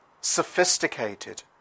sophisticated